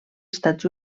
estats